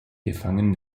gefangen